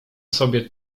sobie